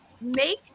make